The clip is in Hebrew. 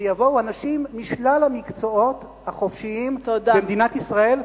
שיבואו אנשים משלל המקצועות החופשיים במדינת ישראל,